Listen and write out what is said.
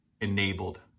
enabled